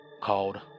called